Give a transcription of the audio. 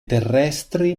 terrestri